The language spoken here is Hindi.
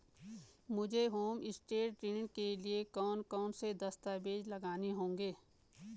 मुझे होमस्टे ऋण के लिए कौन कौनसे दस्तावेज़ लगाने होंगे?